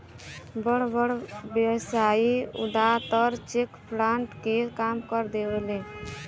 बड़ बड़ व्यवसायी जादातर चेक फ्रॉड के काम कर देवेने